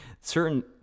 certain